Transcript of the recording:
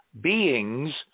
beings